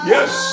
Yes